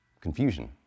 confusion